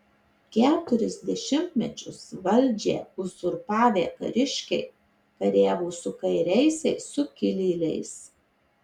keturis dešimtmečius valdžią uzurpavę kariškiai kariavo su kairiaisiais sukilėliais